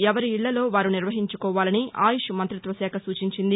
ఎవరి ఇక్షలో వారు నిర్వహించుకోవాలని ఆయుష్ మంత్రిత్వశాఖ సూచించింది